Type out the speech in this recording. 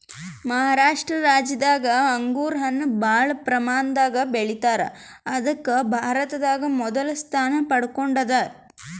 ಮಹಾರಾಷ್ಟ ರಾಜ್ಯದಾಗ್ ಅಂಗೂರ್ ಹಣ್ಣ್ ಭಾಳ್ ಪ್ರಮಾಣದಾಗ್ ಬೆಳಿತಾರ್ ಅದಕ್ಕ್ ಭಾರತದಾಗ್ ಮೊದಲ್ ಸ್ಥಾನ ಪಡ್ಕೊಂಡದ್